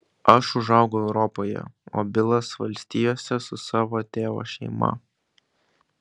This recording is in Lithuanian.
aš užaugau europoje o bilas valstijose su savo tėvo šeima